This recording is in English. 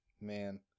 Man